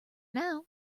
now